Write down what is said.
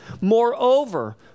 Moreover